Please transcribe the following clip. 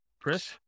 Chris